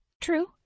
True